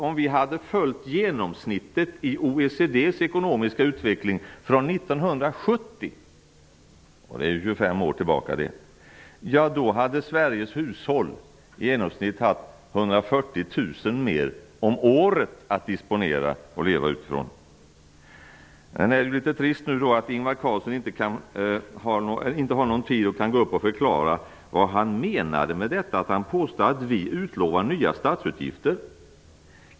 Om vi hade följt genomsnittet i OECD:s ekonomiska utveckling från 1970 - det är 25 år tillbaka i tiden - hade Sveriges hushåll i genomsnitt haft 140 000 mer om året att disponera över och att leva utifrån. Det är litet tråkigt att Ingvar Carlsson inte har någon debattid kvar så han kan gå upp i talarstolen och förklara vad han menar med påståendet att vi utlovar nya statsutgifter.